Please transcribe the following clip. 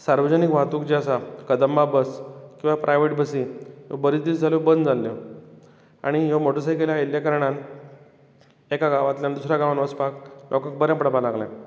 सार्वजनीक वाहतूक जी आसा कदंबा बस किंवा प्रायवेट बसी बरेच दीस जाले बंद जाल्ल्यो आनी ह्यो मोटर सायकली आयिल्ल्या कारणान एका गांवांतल्यान दुसऱ्या गांवांत वचपाक लोकांक बरें पडपाक लागलें